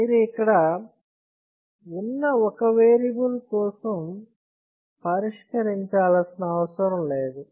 మీరు ఇక్కడ ఉన్న ఒక్క వేరియబుల్ కోసం పరిష్కరించాల్సిన అవసరం లేదు